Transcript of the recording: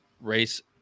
race